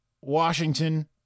Washington